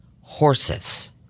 horses